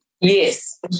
Yes